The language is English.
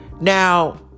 Now